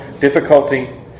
difficulty